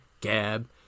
Gab